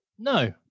No